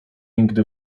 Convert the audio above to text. nigdy